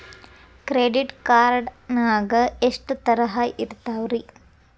Credit card ನಾಗ ಎಷ್ಟು ತರಹ ಇರ್ತಾವ್ರಿ?